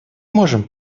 можем